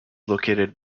located